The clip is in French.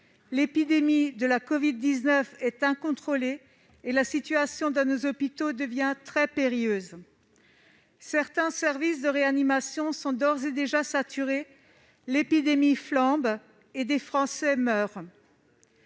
l'épidémie de la covid-19 est incontrôlée et la situation dans nos hôpitaux devient très périlleuse. Certains services de réanimation sont d'ores et déjà saturés. L'épidémie flambe et des Français meurent.